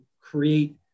create